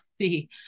see